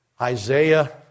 Isaiah